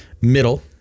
middle